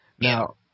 Now